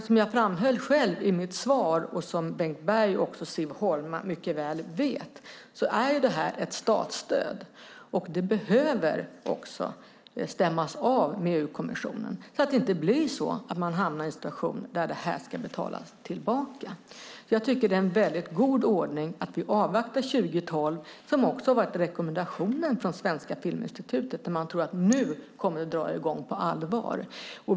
Som jag framhöll själv i mitt svar och som Bengt Berg och även Siv Holma mycket väl vet är det här ett statsstöd och det behöver också stämmas av med EU-kommissionen så att det inte blir så att man hamnar i en situation där stödet ska betalas tillbaka. Jag tycker att det är en väldigt god ordning att vi avvaktar 2012, som också har varit rekommendationen från Svenska Filminstitutet, där man tror att det nu kommer att dra i gång på allvar.